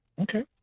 Okay